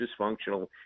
dysfunctional